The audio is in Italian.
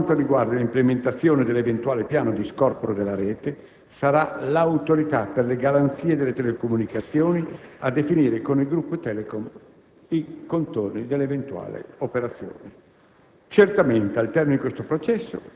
In particolare, per quanto riguarda l'implementazione dell'eventuale piano di scorporo della rete, sarà l'Autorità per le garanzie nelle comunicazioni a definire con il gruppo Telecom i contorni dell'eventuale operazione.